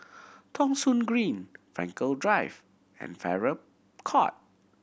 Thong Soon Green Frankel Drive and Farrer Court